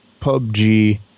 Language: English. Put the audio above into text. PUBG